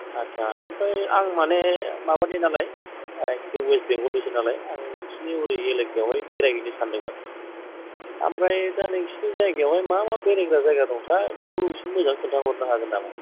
आत्सा ओमफ्राय आं माने माबानि नालाय वेस्ट बेंगलनिसो नालाय आं नोंसोरनि ओरै एलेकायावहाय बेरायहैनो सान्दोंमोन ओमफ्राय दा नोंसोरनि जायगायावहाय मा मा बेरायग्रा जायगा दंथाय बेखौ एसे मोजाङै खिन्थाहरनो हागोन नामा